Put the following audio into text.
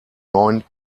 neun